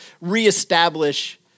reestablish